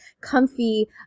comfy